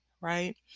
right